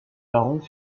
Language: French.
parents